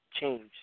change